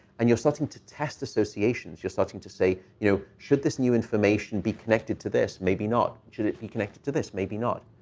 and you're starting to test associations. you're starting to say, you know, should this new information be connected to this? maybe not. should it be connected to this? maybe not.